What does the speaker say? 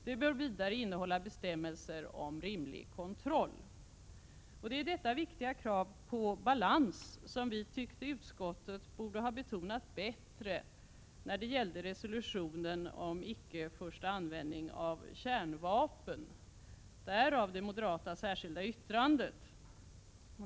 De bör vidare innehålla bestämmelser om rimlig kontroll.” Det är detta viktiga krav på balans som vi tyckte att utskottet borde ha betonat bättre när det gällde resolutionen om icke-förstaanvändning av kärnvapen. Därav det moderata särskilda yttrandet.